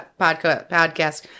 podcast